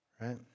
right